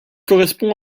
correspond